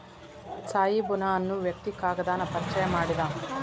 ತ್ಸಾಯಿ ಬುನಾ ಅನ್ನು ವ್ಯಕ್ತಿ ಕಾಗದಾನ ಪರಿಚಯಾ ಮಾಡಿದಾವ